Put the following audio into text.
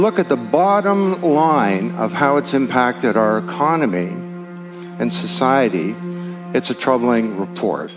look at the bottom line of how it's impacted our economy and society it's a troubling